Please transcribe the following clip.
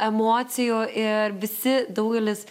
emocijų ir visi daugelis